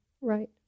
Right